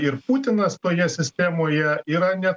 ir putinas toje sistemoje yra ne